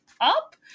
up